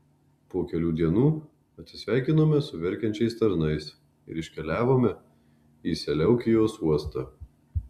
po kelių dienų atsisveikinome su verkiančiais tarnais ir iškeliavome į seleukijos uostą